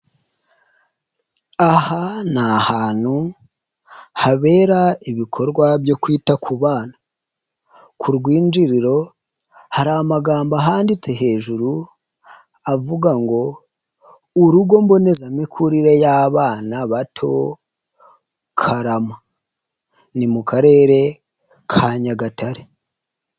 Aha ni ahantu habera ibikorwa byo kwita ku bana. Ku rwinjiriro hari amagambo ahanditse hejuru avuga ngo urugo mbonezamikurire y'abana bato Karama ni mu Karere ka Nyagatare.